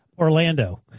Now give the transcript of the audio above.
Orlando